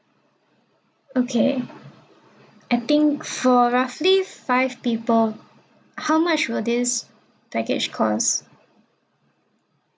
okay I think for roughly five people how much will this package cost